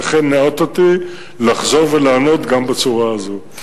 לכן, ניאותי לחזור ולעמוד גם בצורה הזאת.